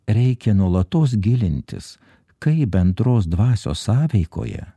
reikia nuolatos gilintis kaip bendros dvasios sąveikoje